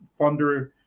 funder